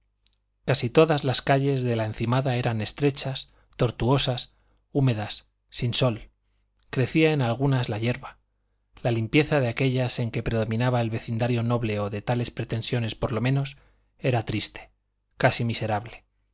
casi todas las calles de la encimada eran estrechas tortuosas húmedas sin sol crecía en algunas la yerba la limpieza de aquellas en que predominaba el vecindario noble o de tales pretensiones por lo menos era triste casi miserable